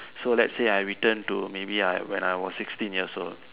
so let's say I return to maybe I when I was sixteen years old